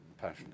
passion